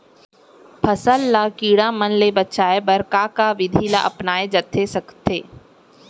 फसल ल कीड़ा मन ले बचाये बर का का विधि ल अपनाये जाथे सकथे?